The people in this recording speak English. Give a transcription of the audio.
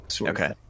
Okay